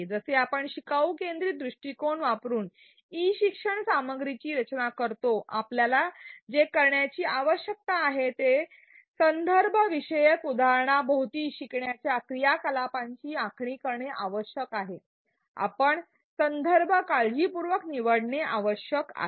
जसे आपण शिकाऊ केंद्रीत दृष्टीकोन वापरुन ई शिक्षण सामग्रीची रचना करतो आपल्याला जे करण्याची आवश्यकता आहे ते संदर्भविषयक उदाहरणाभोवती शिकण्याच्या क्रियाकलापांची आखणी करणे आवश्यक आहे आपण संदर्भ काळजीपूर्वक निवडणे आवश्यक आहे